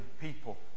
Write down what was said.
people